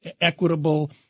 equitable